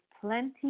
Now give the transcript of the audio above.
plenty